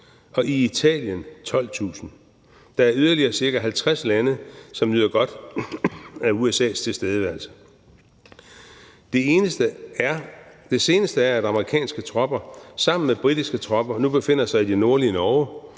og i Italien 12.000. Der er yderligere cirka 50 lande, som nyder godt af USA's tilstedeværelse. Det seneste er, at amerikanske tropper sammen med britiske tropper nu befinder sig i det nordlige Norge